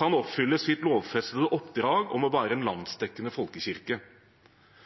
kan oppfylle sitt lovfestede oppdrag om å være en landsdekkende folkekirke.